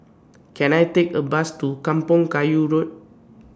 Can I Take A Bus to Kampong Kayu Road